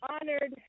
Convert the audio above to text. honored